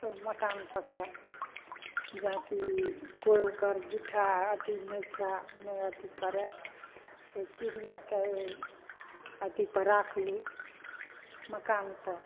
ओ मकान परके जाके कोइ ओकर जूठा अथी नहि खाइ नहि अथी करय ओइ चिड़ियाँके ओइ अथीपर राखलहुँ मकानपर